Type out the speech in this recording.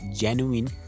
genuine